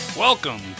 Welcome